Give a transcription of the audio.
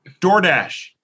DoorDash